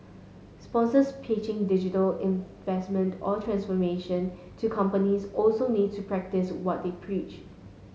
sponsors pitching digital investment or transformation to companies also need to practice what they preach